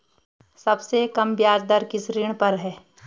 सबसे कम ब्याज दर किस ऋण पर है?